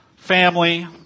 Family